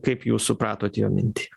kaip jūs supratot jo mintį